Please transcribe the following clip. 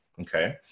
okay